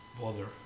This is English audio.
bother